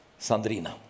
Sandrina